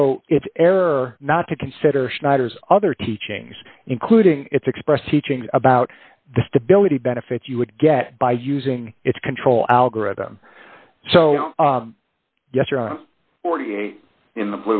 it's error not to consider schneider's other teachings including its expressed teachings about the stability benefit you would get by using its control algorithm so yes your forty eight in the